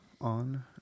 on